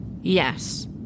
Yes